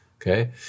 Okay